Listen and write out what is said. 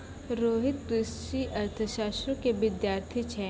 रोहित कृषि अर्थशास्त्रो के विद्यार्थी छै